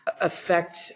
affect